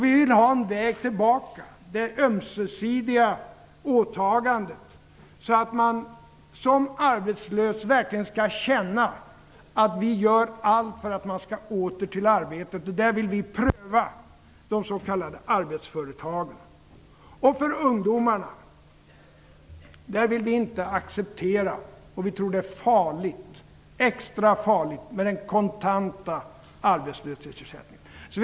Vi vill ha en väg tillbaka med ömsesidiga åtaganden, så att man som arbetslös verkligen skall känna att vi gör allt för att man skall kunna återgå till arbete. Där vill vi pröva de s.k. arbetsföretagarna. När det gäller ungdomarna tror vi att det är extra farligt med den kontanta arbetslöshetsersättningen.